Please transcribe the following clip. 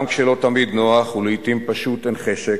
גם כשלא תמיד נוח ולעתים פשוט אין חשק,